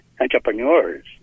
Entrepreneurs